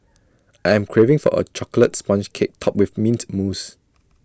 I am craving for A Chocolate Sponge Cake Topped with Mint Mousse